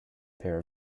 pair